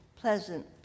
pleasant